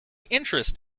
interest